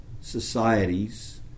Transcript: societies